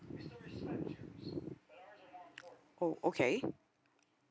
oh okay